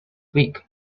week